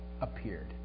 appeared